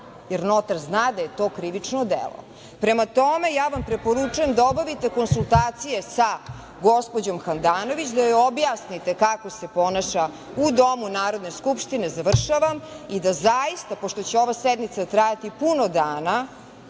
jer notar zna da je to krivično delo. Prema tome, ja vam preporučujem da obavite konsultacije sa gospođom Handanović, da joj objasnite kako se ponaša u Domu Narodne skupštine, završavam, i da zaista, pošto će ova sednica trajati puno dana,